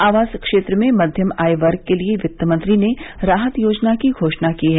आवास क्षेत्र में मध्यम आयवर्ग के लिए वित्त मंत्री ने राहत योजना की घोषणा की है